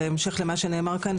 בהמשך למה שנאמר כאן,